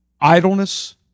idleness